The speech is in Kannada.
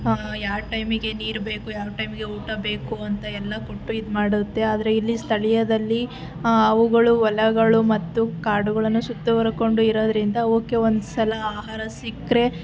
ಯಾವ ಟೈಮಿಗೆ ನೀರು ಬೇಕು ಯಾವ ಟೈಮಿಗೆ ಊಟ ಬೇಕು ಅಂತ ಎಲ್ಲ ಕೊಟ್ಟು ಇದು ಮಾಡುತ್ತೆ ಆದರೆ ಇಲ್ಲಿ ಸ್ಥಳೀಯದಲ್ಲಿ ಅವುಗಳು ಹೊಲಗಳು ಮತ್ತು ಕಾಡುಗಳನ್ನು ಸುತ್ತುವರ್ಕೊಂಡು ಇರೋದರಿಂದ ಅವಕ್ಕೆ ಒಂದು ಸಲ ಆಹಾರ ಸಿಕ್ಕರೆ